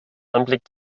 anblick